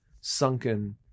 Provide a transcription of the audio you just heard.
sunken